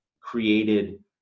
created